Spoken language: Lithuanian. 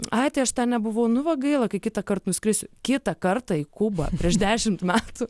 ai aš ten nebuvau nu va gaila kai kitąkart nuskrisiu kitą kartą į kubą prieš dešimt metų